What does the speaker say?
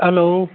hello